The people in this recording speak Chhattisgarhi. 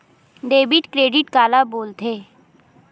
डेबिट क्रेडिट काला बोल थे?